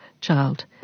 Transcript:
child